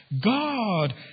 God